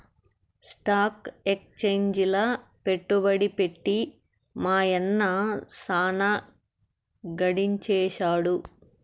stock ఎక్సేంజిల పెట్టుబడి పెట్టి మా యన్న సాన గడించేసాడు